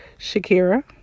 shakira